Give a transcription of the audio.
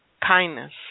kindness